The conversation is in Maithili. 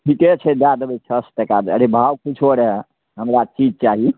ठीके छै दए देबै छओ सए टका अरे भाव किछु रहै हमरा चीज चाही